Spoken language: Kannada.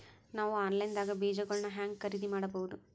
ನಾವು ಆನ್ಲೈನ್ ದಾಗ ಬೇಜಗೊಳ್ನ ಹ್ಯಾಂಗ್ ಖರೇದಿ ಮಾಡಬಹುದು?